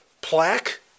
plaque